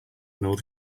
nor